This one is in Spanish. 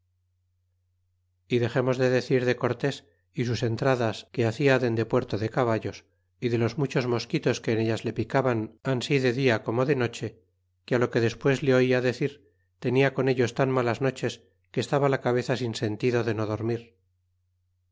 y dexemos de decir de cortés y sus entradas que hacia dende puerto de caballos y de los muchos mosquitos que en ellas le picaban ansi de dia como de noche que lo que despues le oía decir tenia con ellos tan malas noches que estaba la cabeza sin sentido de no dormir